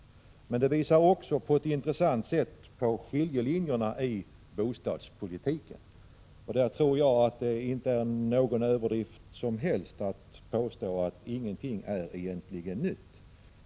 Men på ett intressant sätt visar betänkandet också på skiljelinjerna i bostadspolitiken. Där tror jag inte det är någon överdrift att påstå att ingenting är nytt.